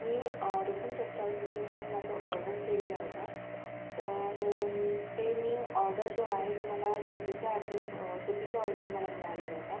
मी रूपम रेस्टॉरेंटमधून काही माझं ऑर्डर केलेला होता तर ते मी ऑर्डर जो आहे तो मला चुकीचा अॅड्रेस चुकीचा ऑर्डर मला मिळालेला होता